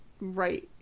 right